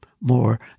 more